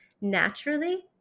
naturally